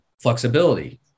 flexibility